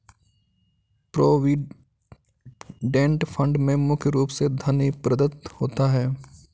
provident fund में मुख्य रूप से धन ही प्रदत्त होता है